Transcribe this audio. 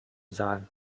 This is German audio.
saal